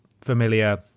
familiar